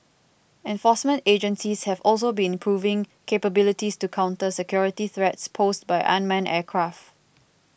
enforcement agencies have also been improving capabilities to counter security threats posed by unmanned aircraft